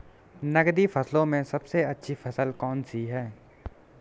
नकदी फसलों में सबसे अच्छी फसल कौन सी है?